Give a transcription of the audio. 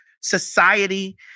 society